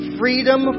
freedom